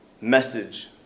message